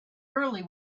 early